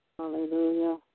Hallelujah